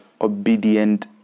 obedient